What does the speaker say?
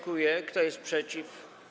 Kto jest przeciw?